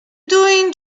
doing